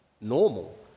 normal